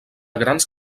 grans